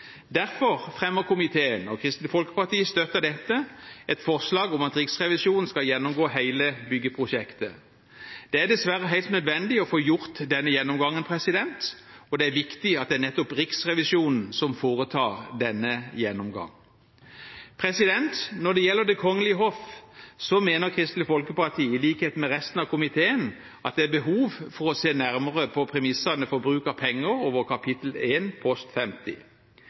Derfor fremmer komiteen – og Kristelig Folkeparti støtter dette – et forslag om at Riksrevisjonen skal gjennomgå hele byggeprosjektet. Det er dessverre helt nødvendig å få gjort denne gjennomgangen, og det er viktig at det er nettopp Riksrevisjonen som foretar denne gjennomgangen. Når det gjelder Det kongelige hoff, mener Kristelig Folkeparti, i likhet med resten av komiteen, at det er behov for å se nærmere på premissene for bruk av penger over kap. 1 post 50.